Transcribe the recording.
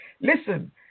Listen